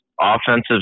offensive